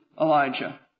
Elijah